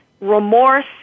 remorse